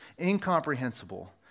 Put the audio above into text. incomprehensible